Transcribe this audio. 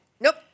nope